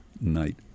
night